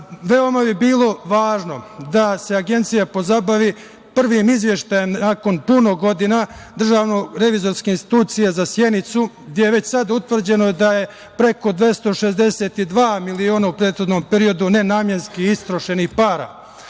lično. Veoma bi bilo važno da se Agencija pozabavi prvim izveštajem, nakon puno godina, Državne revizorske institucije za Sjenicu, gde je već sada utvrđeno da je preko 262 miliona u prethodnom periodu nenamenski istrošenih